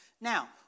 Now